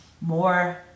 more